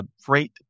Freight